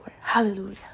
Hallelujah